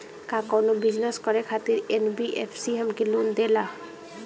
का कौनो बिजनस करे खातिर एन.बी.एफ.सी हमके लोन देला?